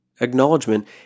Acknowledgement